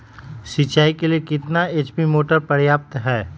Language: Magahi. सिंचाई के लिए कितना एच.पी मोटर पर्याप्त है?